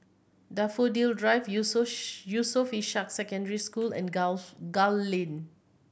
Daffodil Drive Yusof Ishak Secondary School and Gul Lane